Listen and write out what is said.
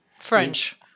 French